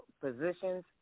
positions